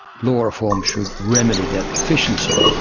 law reform should remedy that deficiency.